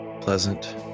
Pleasant